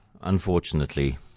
unfortunately